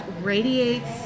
radiates